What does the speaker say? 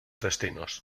destinos